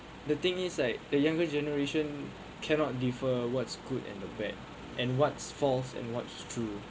the thing is like the younger generation cannot differ what's good and the bad and what's false and what's true